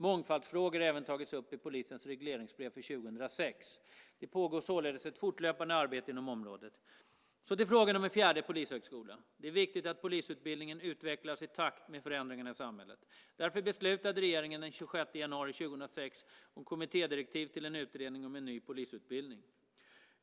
Mångfaldsfrågor har även tagits upp i polisens regleringsbrev för 2006. Det pågår således ett fortlöpande arbete inom området. Så till frågan om en fjärde polishögskola. Det är viktigt att polisutbildningen utvecklas i takt med förändringarna i samhället. Därför beslutade regeringen den 26 januari 2006 om kommittédirektiv till en utredning om en ny polisutbildning.